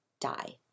die